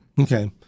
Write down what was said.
Okay